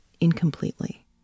incompletely